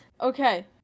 Okay